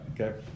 okay